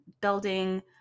building